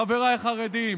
חבריי החרדים,